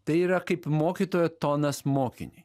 tai yra kaip mokytojo tonas mokiniui